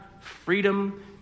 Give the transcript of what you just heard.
freedom